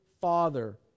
father